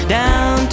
down